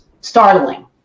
startling